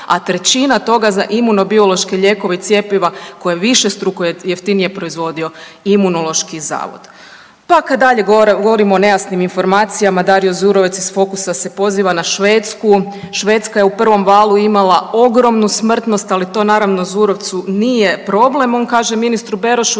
a trećina toga za imunobiološke lijekove i cjepiva koje je višestruko jeftinije proizvodio Imunološki zavod. Pa kad dalje govorimo o nejasnim informacijama Dario Zurovec iz Fokusa se poziva na Švedsku. Švedska je u prvom valu imala ogromnu smrtnost, ali to naravno Zurovcu nije problem, on kaže ministru Berošu